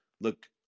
look